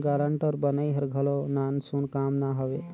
guarantor बनई हर घलो नानसुन काम ना हवे